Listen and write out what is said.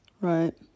right